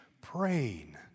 praying